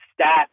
stats